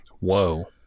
Whoa